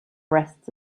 rests